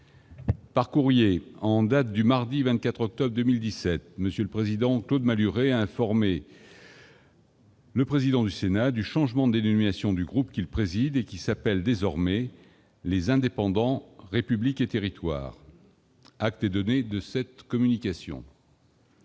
Par courrier en date du mardi 24 octobre 2017, M. Claude Malhuret a informé M. le président du Sénat du changement de dénomination du groupe qu'il préside et qui s'appelle désormais :« Les Indépendants - République et Territoires ». Acte est donné de cette communication.